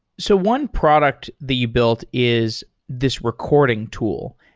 so one product that you built is this recording tool,